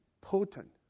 potent